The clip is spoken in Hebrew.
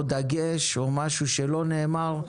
או דגש, או משהו שלא נאמר,